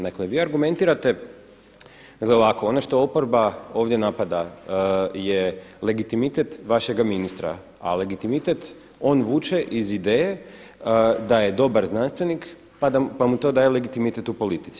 Dakle vi argumentirate dakle ovako ono što oporba ovdje napada je legitimitet vašega ministra, a legitimitet on vuče iz ideje da je dobar znanstvenik pa mu to daje legitimitet u politici.